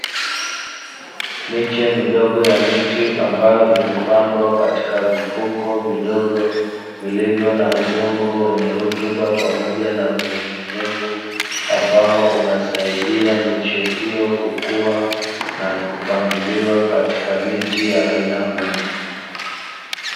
miche midogo ya miti ambayo imepandwa katika mifuko vidogo vilivyo na udongo wenye rutuba pamoja na unyevunyevu ambao unasaidia miche hiyo kukua na kupangiliwa katika miti ya aina moja.